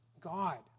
God